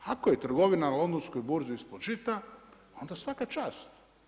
Ako je trgovina na londonskoj burzi ispod žita, onda svaka čast.